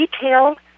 detailed